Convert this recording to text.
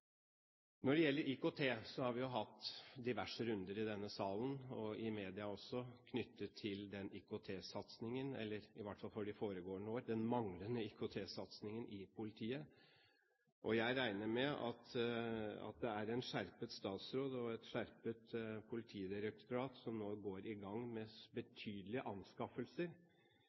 Når det gjelder IKT, har vi hatt diverse runder i denne salen, og i media også, knyttet til IKT-satsingen – eller, i hvert fall for de foregående år, den manglende IKT-satsingen – i politiet. Jeg regner med at det er en skjerpet statsråd og et skjerpet politidirektorat som nå går i gang med betydelige anskaffelser